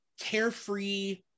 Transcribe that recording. carefree